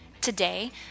Today